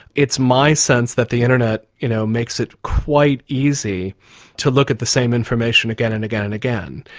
it's my sense that the internet you know makes it quite easy to look at the same information again and again and again.